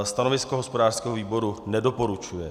Stanovisko hospodářského výboru nedoporučuje.